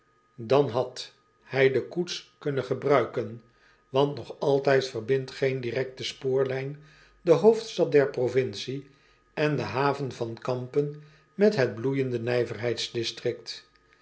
dan hij de koets kunnen gebruiken want nog altijd verbindt geen directe spoorlijn de hoofdstad der provincie en de haven van ampen met het bloeijende nijverheidsdistrict